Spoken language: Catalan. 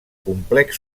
complex